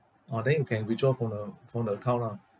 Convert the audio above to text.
orh then you can withdraw from the from the account lah